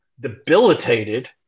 debilitated